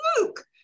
Luke